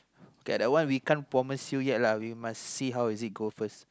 that one we can't promise you yet lah we must see how is it go first